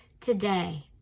today